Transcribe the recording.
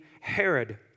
Herod